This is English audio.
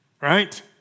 right